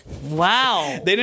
Wow